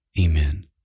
amen